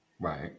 Right